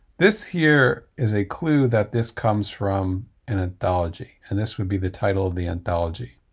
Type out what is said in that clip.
this here is a clue that this comes from an anthology and this would be the title of the anthology.